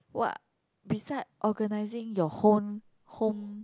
what beside organising your hon~ home